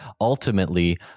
ultimately